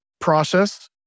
process